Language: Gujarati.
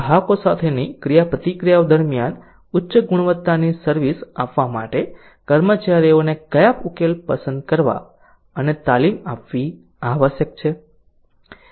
ગ્રાહકો સાથેની ક્રિયાપ્રતિક્રિયાઓ દરમિયાન ઉચ્ચ ગુણવત્તાની સર્વિસ આપવા માટે કર્મચારીઓને કયા ઉકેલો પસંદ કરવા અને તાલીમ આપવી આવશ્યક છે